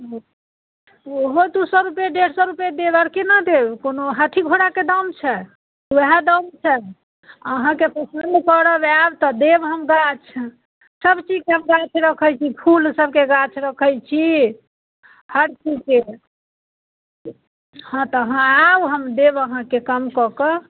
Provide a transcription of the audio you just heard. हँ ओहो दू सए रुपये डेढ़ सए रुपये देब आओर केना देब ओ कोनो हाथी घोड़ाके दाम छै ओएह दाम छै अहाँके पसन्द करब आएब तऽ देब हम गाछ सब चीजके गाछ हम रखैत छी फूल सबके गाछ रखैत छी हर चीजके हँ तऽ अहाँ आउ देब आहाँकेँ कम कऽ कऽ